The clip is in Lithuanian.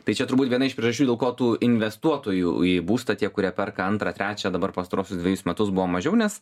tai čia turbūt viena iš priežasčių dėl ko tų investuotojų į būstą tie kurie perka antrą trečią dabar pastaruosius dvejus metus buvo mažiau nes